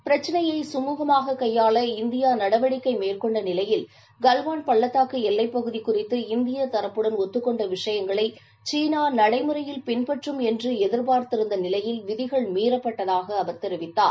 பிரச்சனையை சுமூகமாக கையாள இந்தியா நடவடிக்கை மேற்கொண்ட நிலையில் கல்வான் பள்ளத்தாக்கு எல்லைப் பகுதி குறித்து இந்திய தரப்புடன் ஒத்துக்கொண்ட விஷயங்களை சீனா நடைமுறையில் பின்பற்றும் என்று எதிர்பார்த்திருந்த நிலையில் விதிகள் மீறப்பட்டதாக அவர் சுட்டிக்காட்டினார்